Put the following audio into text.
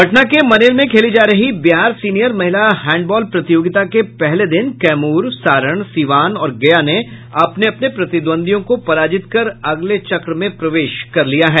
पटना के मनेर में खेली जा रही बिहार सीनियर महिला हैंडबॉल प्रतियोगिता के पहले दिन कैमूर सारण सीवान और गया ने अपने अपने प्रतिद्वंदियों को पराजित कर अगले चक्र में प्रवेश कर लिया है